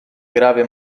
grave